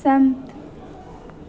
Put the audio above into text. सैह्मत